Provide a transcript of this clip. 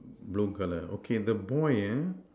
blue colour okay the boy ah